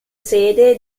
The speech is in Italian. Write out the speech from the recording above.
sede